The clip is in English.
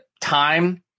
time